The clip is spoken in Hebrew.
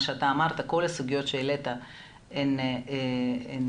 שאמרת ועם כל הסוגיות שהעלית שהן מוצדקות,